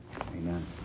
Amen